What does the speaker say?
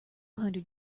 hundred